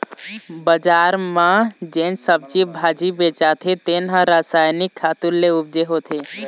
बजार म जेन सब्जी भाजी बेचाथे तेन ह रसायनिक खातू ले उपजे होथे